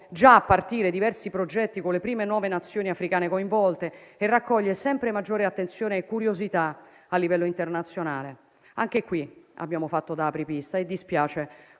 già partire diversi progetti con le prime nove Nazioni africane coinvolte e raccoglie sempre maggiore attenzione e curiosità a livello internazionale. Anche in questo caso abbiamo fatto da apripista e dispiace